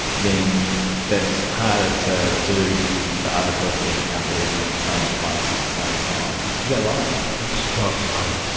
then that's harder to do if the other person in the couple isn't at the same place at the same time. is that right? it's twice as